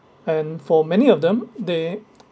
and for many of them they